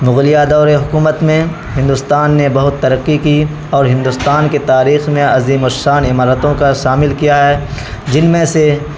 مغلیہ دور حکومت میں ہندوستان نے بہت ترقی کی اور ہندوستان کی تاریخ میں عظیم الشان عمارتوں کا شامل کیا ہے جن میں سے